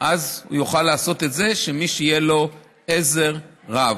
הוא יוכל לעשות את זה, למי שיהיה לו עזר רב.